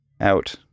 out